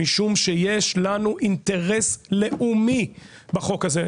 משום שיש לנו אינטרס לאומי בחוק הזה.